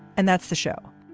and that's the show.